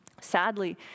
sadly